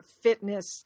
fitness